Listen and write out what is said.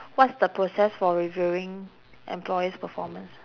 what's the process for reviewing employees' performance